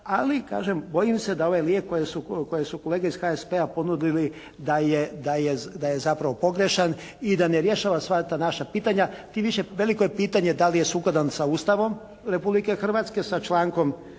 Ali kažem bojim se da ovaj lijek koji su kolege iz HSP-a ponudili da je zapravo pogrešan i da ne rješava sva ta naša pitanja. Tim više veliko je pitanje da li je sukladan sa Ustavom Republike Hrvatske, sa člankom